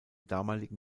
damaligen